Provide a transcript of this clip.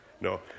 No